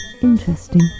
Interesting